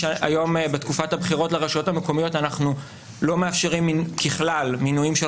בתקופת הבחירות לרשויות המקומיות אנחנו לא מאפשרים ככלל מינויים של